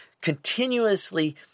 continuously